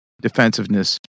defensiveness